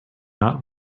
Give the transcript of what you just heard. not